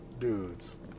dudes